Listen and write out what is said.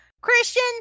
Christian